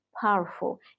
powerful